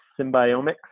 symbiomics